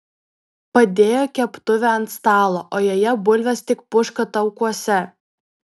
padėjo keptuvę ant stalo o joje bulvės tik puška taukuose